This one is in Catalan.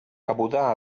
cabuda